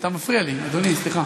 אתה מפריע לי, אדוני, סליחה.